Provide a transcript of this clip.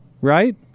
right